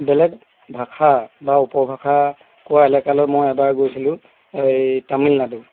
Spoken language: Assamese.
বেলেগ ভাষা বা উপভাষা কোৱা এলেকালৈ মই এবাৰ গৈছিলোঁ এই তামিলনাডু